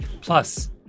Plus